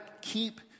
keep